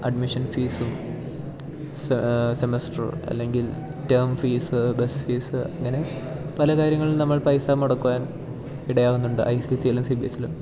admission ഫീസും semester അല്ലെങ്കിൽ term fees bus fees അങ്ങനെ പല കാര്യങ്ങളിലും നമ്മൾ പൈസ മുടക്കുവാൻ ഇടയാവുന്നുണ്ട് ഐ സി എസ് സിലും സി ബി എസ് സിലും